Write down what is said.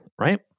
right